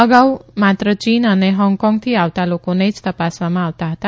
અગાઉ માત્ર ચીન અને હોંગકોંકથી આવતા લોકોને જ ત ાસવામાં આવતા હતા